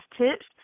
Tips